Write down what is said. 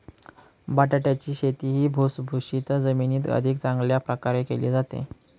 बटाट्याची शेती ही भुसभुशीत जमिनीत अधिक चांगल्या प्रकारे केली जाते